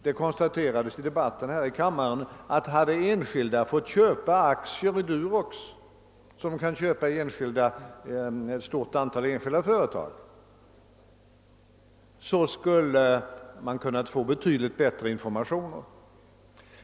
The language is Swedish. Det konstaterades i debatten här i kammaren att vi skulle ha kunnat få betydligt bättre information, om enskilda hade fått köpa aktier i Durox liksom man kan köpa aktier i ett stort antal enskilda företag.